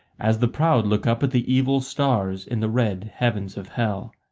as the proud look up at the evil stars, in the red heavens of hell.